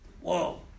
Whoa